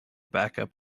backup